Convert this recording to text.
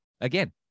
again